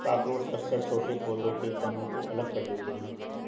cockroach अक्सर छोटे पौधों के तनों को अलग कर देते हैं